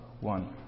one